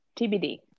TBD